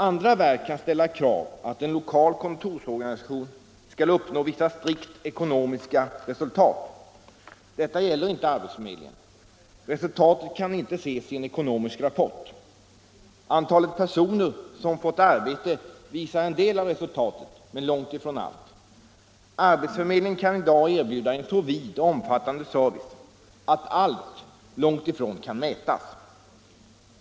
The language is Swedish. Andra verk kan ställa krav på att en lokal kontorsorganisation skall uppnå vissa strikt ekonomiska resultat. Detta gäller inte arbetsförmedlingen. Resultatet kan inte ses i en ekonomisk rapport. Antalet personer som fått arbete visar en del av resultatet, men långt ifrån allt. Arbetsförmedlingen kan i dag erbjuda en så vid och omfattande service att allt långt ifrån kan mätas.